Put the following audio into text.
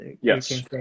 Yes